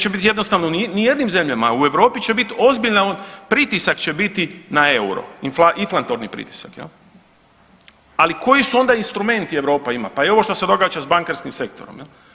Neće bit jednostavno nijednim zemljama, u Europi će bit ozbiljan, pritisak će biti na euro, inflatorni pritisak jel, ali koji su onda instrumenti Europa ima, pa i ovo što se događa s bankarskim sektorom jel.